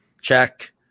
check